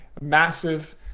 massive